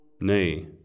Nay